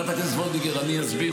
חברת הכנסת וולדיגר, אני אסביר.